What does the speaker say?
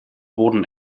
boden